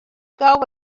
gau